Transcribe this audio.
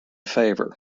favour